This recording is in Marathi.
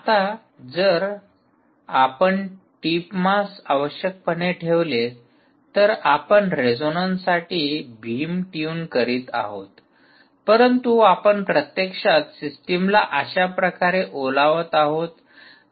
आता जर आपण टीप मास आवश्यकपणे ठेवले तर आपण रेझोनन्स साठी बीम ट्यून करीत आहोत परंतु आपण प्रत्यक्षात सिस्टमला अशा प्रकारे ओलावत आहोत